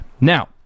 Now